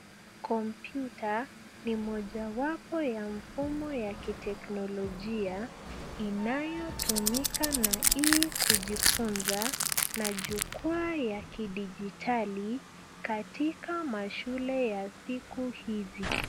Kompyuta ni mojawapo ya mfumo ya kiteknolojia inayotumika na ii kujifunza na jukwaa ya kidijitali katika mashule ya siku hizi.